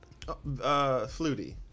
Flutie